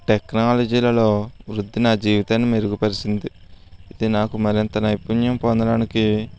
టెక్నాలజీలలో వృత్తి నా జీవితాన్ని మెరుగుపరిచింది ఇది నాకు మరింత నైపుణ్యం పొందడానికి